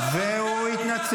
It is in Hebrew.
מישהו אמר משהו?